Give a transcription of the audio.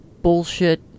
bullshit